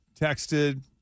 texted